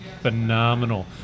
phenomenal